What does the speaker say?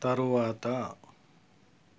తరువాత